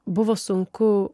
buvo sunku